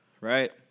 right